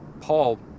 Paul